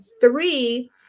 Three